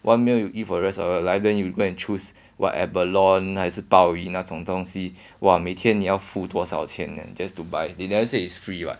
one meal you eat for the rest of your life then you go and choose what abalone 还是鲍鱼那种东西哇每天你要付多少钱 eh just to buy they never say is free [what]